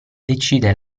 decide